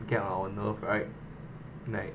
get on our nerve right like